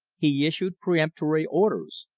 he issued peremptory orders.